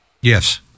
Yes